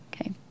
okay